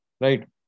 right